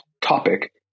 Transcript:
topic